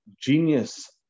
genius